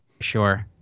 sure